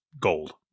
Gold